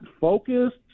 focused